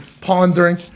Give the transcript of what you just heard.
pondering